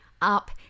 up